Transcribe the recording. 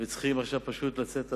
ועכשיו צריכים לצאת לדרך.